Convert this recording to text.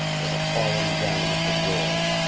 or the falling down of the world.